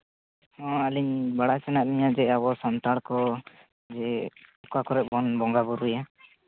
ᱦᱚᱸ ᱟᱹᱞᱤᱧ ᱵᱟᱲᱟᱭ ᱥᱟᱱᱟᱭᱮᱫ ᱞᱤᱧᱟᱹ ᱡᱮ ᱟᱵᱚ ᱥᱟᱱᱛᱟᱲ ᱠᱚ ᱡᱮ ᱚᱠᱟ ᱠᱚᱨᱮ ᱵᱚᱱ ᱵᱚᱸᱜᱟ ᱵᱳᱨᱳᱭᱟ